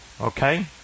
Okay